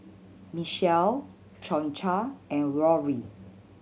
Michele Concha and Rory